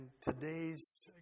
today's